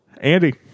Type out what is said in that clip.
Andy